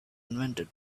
invented